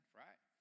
right